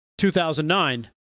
2009